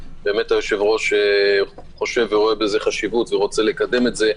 היושב-ראש רואה בזה חשיבות ורוצה לקדם את זה.